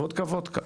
"וודקה, וודקה".